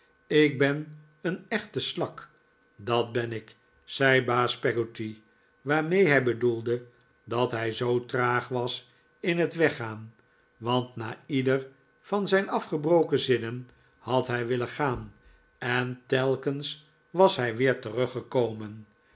ik ben een echte slak dat ben ik zei baas peggotty waarmee hij bedoelde dat hij zoo traag was in het weggaan want na ieder van zijn afgebroken zinnen had hij willen gaan en telkens was hij weer teruggekomen